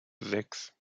sechs